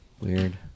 Weird